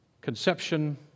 conception